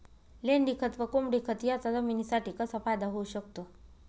लेंडीखत व कोंबडीखत याचा जमिनीसाठी कसा फायदा होऊ शकतो?